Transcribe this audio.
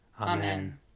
Amen